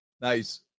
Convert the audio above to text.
Nice